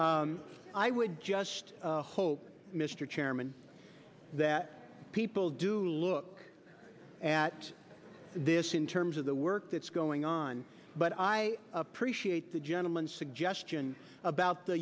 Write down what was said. when i would just hope mr chairman that people do look at this in terms of the work that's going on but i appreciate the gentleman suggestion about the